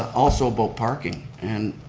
also about parking. and,